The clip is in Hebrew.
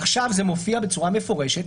עכשיו זה מופיע בצורה מפורשת,